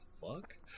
fuck